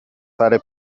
fare